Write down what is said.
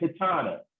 katana